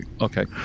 Okay